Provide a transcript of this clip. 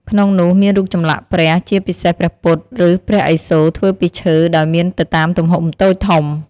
ក្នុងនោះមានរូបចម្លាក់់ព្រះ ជាពិសេសព្រះពុទ្ធ ឬព្រះឥសូរធ្វើពីឈើដោយមានទៅតាមទំហំតូចធំ។